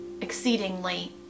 exceedingly